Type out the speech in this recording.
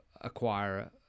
acquire